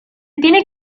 tiene